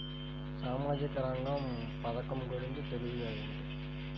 సామాజిక రంగ పథకం గురించి తెలియచేయండి?